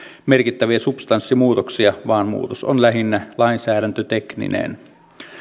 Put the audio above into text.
merkittäviä substanssimuutoksia vaan muutos on lähinnä lainsäädäntötekninen